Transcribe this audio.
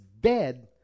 dead